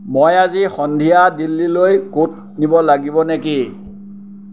মই আজি সন্ধিয়া দিল্লীলৈ কোট নিব লাগিব নেকি